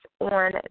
on